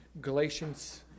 Galatians